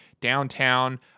downtown